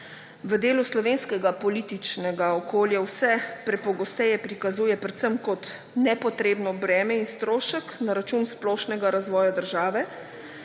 v delu slovenskega političnega okolja vse prepogosto prikazuje predvsem kot nepotrebno breme in strošek na račun splošnega razvoja države,